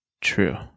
True